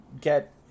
get